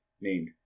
named